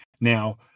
Now